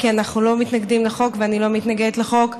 כי אנחנו לא מתנגדים לחוק ואני לא מתנגדת לחוק,